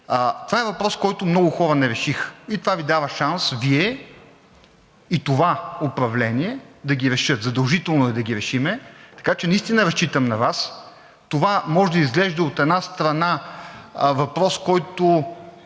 това е въпрос, който много хора не решиха, и това Ви дава шанс, Вие и това управление да ги решите. Задължително е да ги решим, така че наистина разчитам на Вас. Това може да изглежда, от една страна, въпрос, който